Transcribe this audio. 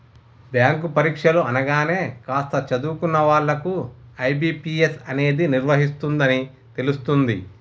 bank పరీక్షలు అనగానే కాస్త చదువుకున్న వాళ్ళకు ఐ.బీ.పీ.ఎస్ అనేది నిర్వహిస్తుందని తెలుస్తుంది